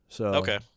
Okay